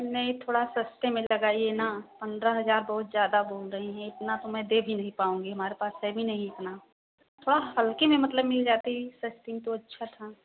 नहीं थोड़ा सस्ते में लगाइए न पंद्रह हजार बहुत ज़्यादा बोल रही हैं इतना तो मैं दे भी नही पाऊँगी हमारे पास है भी नही इतना थोड़ा हल्के में मतलब मिल जाती सस्ती तो अच्छा था